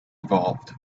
evolved